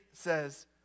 says